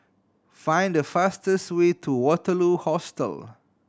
find the fastest way to Waterloo Hostel